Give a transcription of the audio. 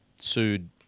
sued –